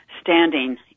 standing